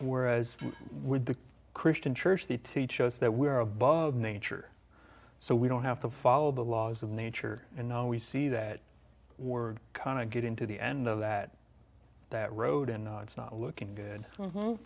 whereas with the christian church the teach us that we are above nature so we don't have to follow the laws of nature and now we see that we're kind of getting to the end of that that road and it's not looking good